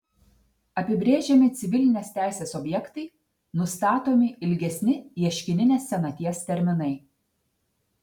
apibrėžiami civilinės teisės objektai nustatomi ilgesni ieškininės senaties terminai